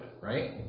right